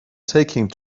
taking